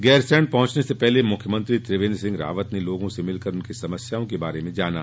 गैरसैंण पहंचने से पहले मुख्यमंत्री त्रिवेंद्र सिंह रावत ने लोगों से मिलकर उनकी समस्याओं के बारे में जाना